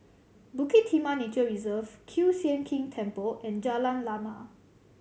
Bukit Timah Nature Reserve Kiew Sian King Temple and Jalan Lana